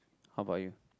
how about you